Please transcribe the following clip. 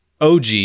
OG